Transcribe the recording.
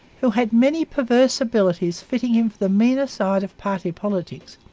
who had many perverse abilities fitting him for the meaner side of party politics,